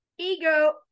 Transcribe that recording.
ego